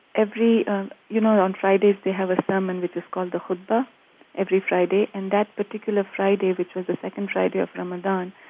every you know and on fridays, they have a sermon which is called the hutba every friday. and that particular friday, which was the second friday of ramadan,